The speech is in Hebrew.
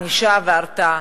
ענישה והרתעה.